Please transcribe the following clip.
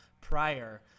prior